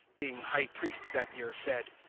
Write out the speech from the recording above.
being high priest that year, said,